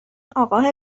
اقاهه